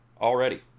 already